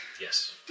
Yes